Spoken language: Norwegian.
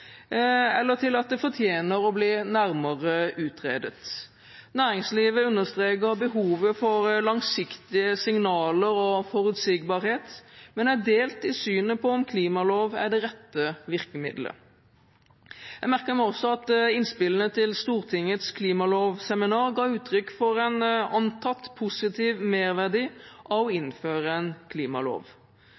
eller til at det fortjener å bli nærmere utredet. Næringslivet understreker behovet for langsiktige signaler og forutsigbarhet, men er delt i synet på om klimalov er det rette virkemidlet. Jeg merker meg at også innspillene til Stortingets klimalovseminar ga uttrykk for en antatt positiv merverdi av å innføre en klimalov.